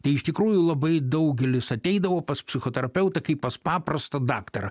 tai iš tikrųjų labai daugelis ateidavo pas psichoterapeutą kaip pas paprastą daktarą